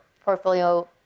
portfolio